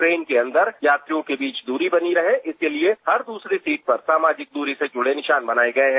train के अंदर यात्रियों के बीच दूरी बनी रहे इसके लिए हर दूसरी सीट पर सामाजिक दूरी से जुड़े निशान बनाये गये हैं